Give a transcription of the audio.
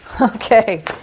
okay